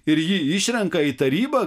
ir ji išrenka į tarybą